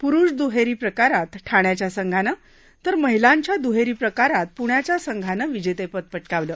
पुरुष दुहेरी प्रकारात ठाण्याच्या संघानं तर महिलांच्या दुहेरी प्रकारात पुण्याच्या संघानं विजेतेपद पटकावलं